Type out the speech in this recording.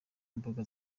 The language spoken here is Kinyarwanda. imbuga